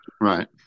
right